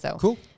Cool